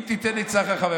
אם תיתן לי עצה חכמה,